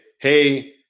Hey